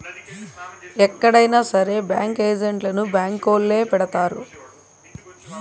ఎక్కడైనా సరే బ్యాంకు ఏజెంట్లను బ్యాంకొల్లే పెడతారు